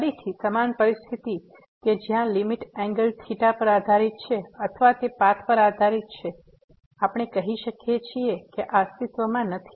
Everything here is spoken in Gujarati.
તેથી ફરીથી સમાન પરિસ્થિતિ કે જ્યાં લીમીટ એંગલ થીટા પર આધારિત છે અથવા તે પાથ પર આધારિત છે આપણે કહી શકીએ છીએ કે આ અસ્તિત્વમાં નથી